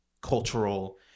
cultural